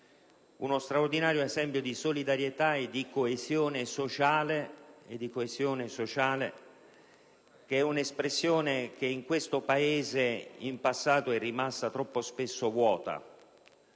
uno straordinario esempio di solidarietà e di coesione sociale, espressione che in passato in questo Paese è rimasta troppo spesso vuota